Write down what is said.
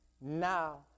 now